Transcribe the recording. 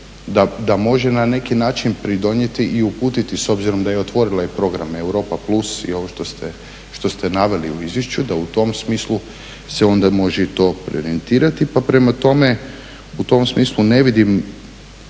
da može na neki način pridonijeti i uputiti s obzirom da je otvorila i program Europa plus i ovo što ste naveli u izvješću da u tom smislu se može onda i to preorijentirati. Pa prema tome u tom smislu ne vidim